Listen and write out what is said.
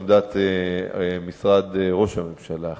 עמדת משרד ראש הממשלה,